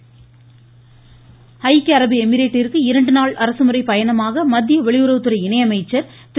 முள்தரன் ஐக்கிய அரபு எமிரேட்டிற்கு இரண்டுநாள் அரசுமுறை பயணமாக மத்திய வெளியுறவுத்துறை இணை அமைச்சர் திரு